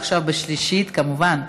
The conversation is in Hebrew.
עכשיו, בשלישית, כמובן.